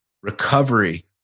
Recovery